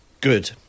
good